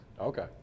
Okay